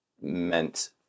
meant